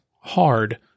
hard